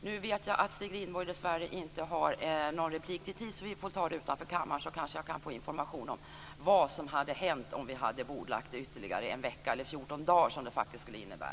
Nu vet jag att Stig Rindborg dessvärre inte har mer repliktid, så jag kanske kan få information utanför kammaren om vad som hade hänt om ärendet hade bordlagts ytterligare en vecka eller 14 dagar.